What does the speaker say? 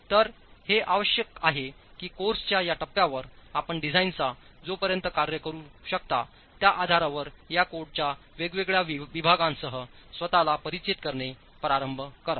तर हे आवश्यक आहे कीकोर्सच्या या टप्प्यावर आपण डिझाइनचा जोपर्यंत कार्य करू शकता त्या आधारावर या कोडच्या वेगवेगळ्या विभागांसह स्वत ला परिचित करणे प्रारंभ करा